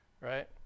right